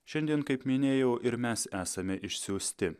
šiandien kaip minėjau ir mes esame išsiųsti